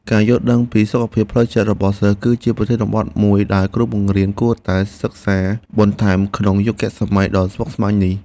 ការយល់ដឹងពីសុខភាពផ្លូវចិត្តរបស់សិស្សគឺជាប្រធានបទមួយដែលគ្រូបង្រៀនគួរតែសិក្សាបន្ថែមក្នុងយុគសម័យដ៏ស្មុគស្មាញនេះ។